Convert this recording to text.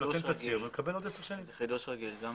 זאת המשמעות.